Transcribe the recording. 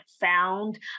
found